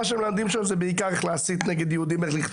שמלמדים שם זה בעיקר איך לרצוח יהודים.